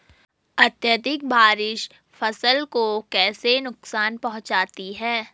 अत्यधिक बारिश फसल को कैसे नुकसान पहुंचाती है?